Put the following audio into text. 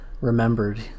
remembered